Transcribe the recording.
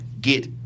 get